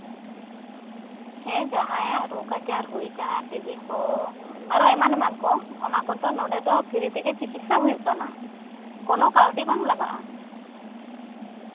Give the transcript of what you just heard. ᱡᱟᱦᱟᱭᱟᱜ ᱨᱳᱜᱽ ᱟᱡᱟᱨ ᱦᱩᱭ ᱠᱟᱱᱟ ᱴᱤᱵᱤ ᱠᱚ ᱟᱨᱚ ᱮᱢᱟᱱ ᱮᱢᱟᱱ ᱠᱚ ᱚᱱᱟᱠᱚᱫᱚ ᱱᱚᱰᱮ ᱫᱚ ᱯᱷᱤᱨᱤ ᱛᱮᱜᱮ ᱪᱤᱠᱤᱛᱥᱥᱟ ᱦᱩᱭᱩᱜ ᱠᱟᱱᱟ ᱠᱳᱱᱳ ᱠᱟᱹᱣᱰᱤ ᱵᱟᱝ ᱞᱟᱜᱟᱜᱼᱟ